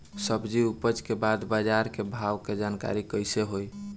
सब्जी उपज के बाद बाजार के भाव के जानकारी कैसे होई?